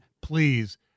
please